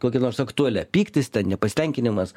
kokia nors aktualia pyktis nepastenkinimas